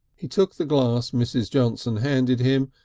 he took the glass mrs. johnson handed him,